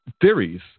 theories